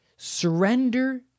Surrender